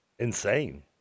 Insane